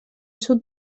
sud